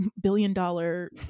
billion-dollar